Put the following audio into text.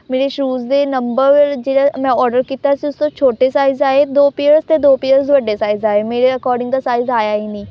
ਮੇਰੇ ਸ਼ੂਜ ਦੇ ਨੰਬਰ ਜਿਹੜਾ ਮੈਂ ਔਡਰ ਕੀਤਾ ਸੀ ਉਸ ਤੋਂ ਛੋਟੇ ਸਾਈਜ਼ ਆਏ ਦੋ ਪੇਅਰ ਅਤੇ ਦੋ ਪੇਅਰ ਵੱਡੇ ਸਾਈਜ਼ ਆਏ ਮੇਰੇ ਅਕੋਡਿੰਗ ਦਾ ਸਾਈਜ਼ ਆਇਆ ਹੀ ਨਹੀਂ